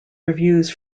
reviews